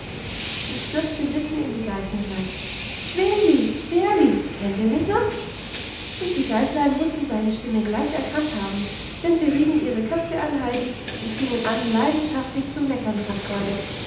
und stürzte mitten in die geißen hinein schwänli bärli kennt ihr mich noch und die geißlein mussten seine stimme gleich erkannt haben denn sie rieben ihre köpfe an heidi und fingen an leidenschaftlich zu meckern vor freude